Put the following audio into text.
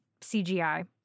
cgi